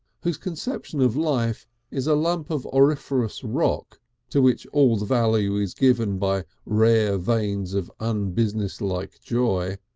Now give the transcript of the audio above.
whose conception of life is a lump of auriferous rock to which all the value is given by rare veins of unbusinesslike joy,